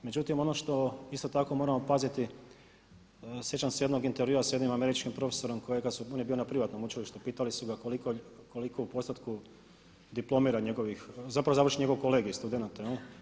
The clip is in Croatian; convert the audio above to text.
Međutim, ono što isto tako moramo paziti, sjećam se jednog intervjua s jednim američkim profesorom kojega su, on je bio na privatnom učilištu, pitali su ga koliko u postotku diplomira, zapravo završi njegov kolegij studenata?